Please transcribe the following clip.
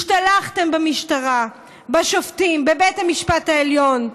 השתלחתם במשטרה, בשופטים, בבית המשפט העליון.